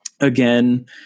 again